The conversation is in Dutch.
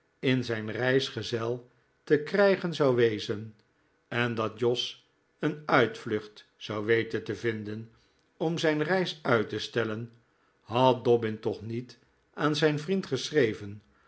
in zijn reisgezel te krijgen zou wezen en dat jos een uitvlucht zou weten te vinden om zijn reis uit te stellen had dobbin toch niet aan zijn vriend geschreven